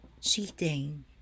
cheating